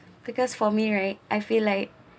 because for me right I feel like